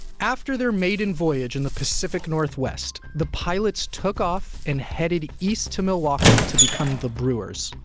after their maiden voyage in the pacific northwest, the pilots took off and headed east to milwaukee to become the brewers,